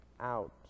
out